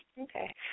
Okay